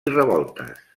revoltes